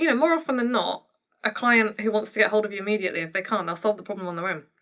yeah more often than not a client who wants to get a hold of you immediately if they can they'll solve the problem on their own.